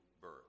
birth